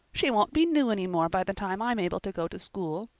she won't be new any more by the time i'm able to go to school.